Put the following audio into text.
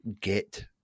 get